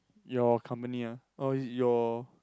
your company ah or is it your